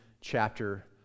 chapter